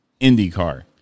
IndyCar